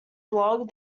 blog